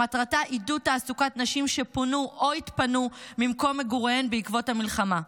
שמטרתה עידוד תעסוקת נשים שפונו או התפנו ממקום מגוריהן בעקבות המלחמה.